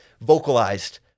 vocalized